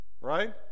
Right